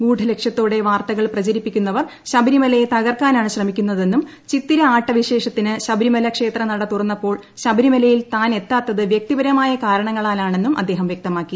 ഗൂഢലക്ഷ്യത്തോടെ വാർത്തകൾ പ്രചരിപ്പിക്കുന്നവർ ശബരിമലയെ തകർക്കാനാണ് ശ്രമിക്കുന്നതെന്നും ചിത്തിര ആട്ട വിശേഷത്തിന് ശബരിമല ക്ഷേത്ര നട തുറന്നപ്പോൾ ശബരിമലയിൽ താൻ എത്താത്തത് വൃക്തിപരമായ കാരണങ്ങളാലാണെന്നും അദ്ദേഹം വ്യക്തമാക്കി